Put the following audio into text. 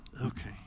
Okay